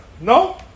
No